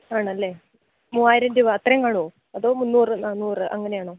ആണല്ലേ മൂവ്വായിരം രൂപ അത്രയും കാണുമോ അതോ മുന്നൂറ് നാനൂറ് അങ്ങനെയാണോ